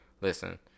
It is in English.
listen